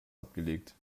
abgelegt